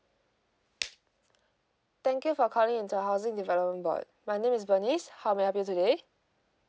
thank you for calling into housing development board my name is bernice how may I help you today